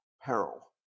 peril